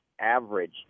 average